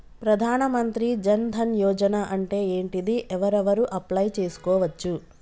ప్రధాన మంత్రి జన్ ధన్ యోజన అంటే ఏంటిది? ఎవరెవరు అప్లయ్ చేస్కోవచ్చు?